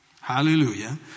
Hallelujah